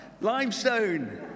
Limestone